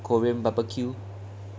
korean barbecue